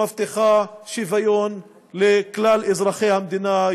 שמבטיחה שוויון לכלל אזרחי המדינה,